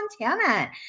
Montana